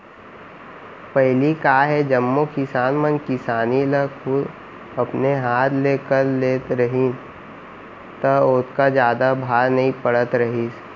पहिली का हे जम्मो किसान मन किसानी ल खुद अपने हाथ ले कर लेत रहिन त ओतका जादा भार नइ पड़त रहिस